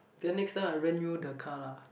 then next time I rent you the car lah